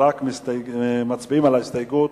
ומצביעים רק על ההסתייגות